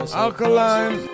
alkaline